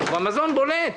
כשהמזון בולט.